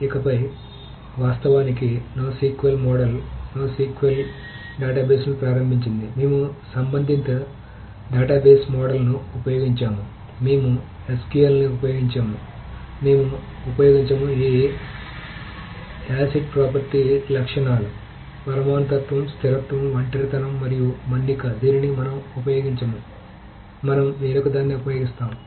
ఇకపై వాస్తవానికి NoSQL model NoSQL డేటాబేస్లను ప్రారంభించింది మేము సంబంధిత డేటాబేస్ మోడల్ను ఉపయోగించము మేము SQL ని ఉపయోగించము మేము ఉపయోగించము ఈ ACID ప్రాపర్టీ లక్షణాలు పరమాణుత్వం స్థిరత్వం ఒంటరితనం మరియు మన్నిక దీనిని మనం ఉపయోగించము మనం వేరొకదాన్ని ఉపయోగిస్తాము